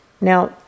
Now